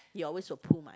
he always will pull my